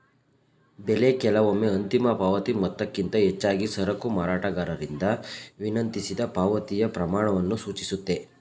ಬೆಲೆ ಕೆಲವೊಮ್ಮೆ ಅಂತಿಮ ಪಾವತಿ ಮೊತ್ತಕ್ಕಿಂತ ಹೆಚ್ಚಾಗಿ ಸರಕು ಮಾರಾಟಗಾರರಿಂದ ವಿನಂತಿಸಿದ ಪಾವತಿಯ ಪ್ರಮಾಣವನ್ನು ಸೂಚಿಸುತ್ತೆ